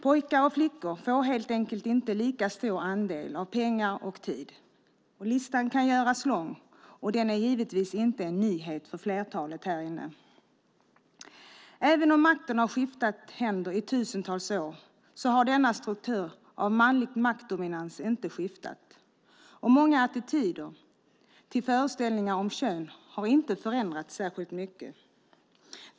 Pojkar och flickor får helt enkelt inte lika stor andel av pengar och tid. Listan kan göras lång, och den är givetvis inte en nyhet för flertalet här. Även om makten har skiftat händer i tusentals år har denna struktur av manlig maktdominans inte skiftat. Många attityder till och föreställningar om kön har inte förändrats särskilt mycket.